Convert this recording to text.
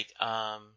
right